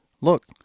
look